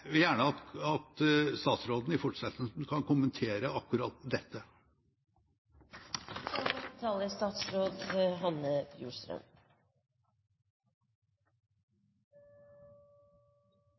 vil gjerne at statsråden i fortsettelsen kommenterer akkurat dette. Det er